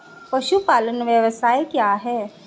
पशुपालन व्यवसाय क्या है?